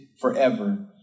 forever